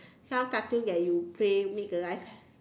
some cartoon that you play make the life